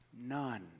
None